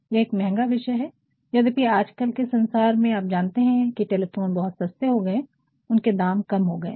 यह एक महंगा विषय है यद्यपि आजकल के संसार में आप जानते हैं कि टेलीफोन बहुत सस्ते हो गए हैं उनके दाम कम हो गए हैं